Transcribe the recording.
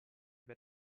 per